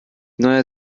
neuer